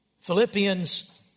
Philippians